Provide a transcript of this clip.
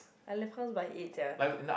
I left house by eight sia